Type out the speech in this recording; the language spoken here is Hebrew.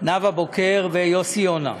נאוה בוקר ויוסי יונה.